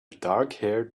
darkhaired